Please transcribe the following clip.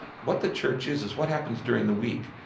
what the church is, is what happens during the week,